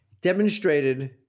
demonstrated